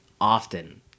often